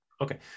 okay